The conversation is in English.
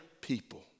people